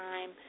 time